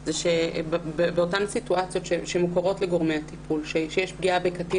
היא שבאותן סיטואציות שמוכרות לגורמי הטיפול שיש פגיעה בקטין